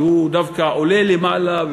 והוא דווקא עולה למעלה,